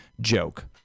joke